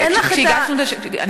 כשהגשנו את השאילתה,